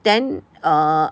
then err